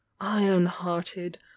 iron-hearted